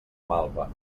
malva